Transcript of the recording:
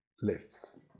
lifts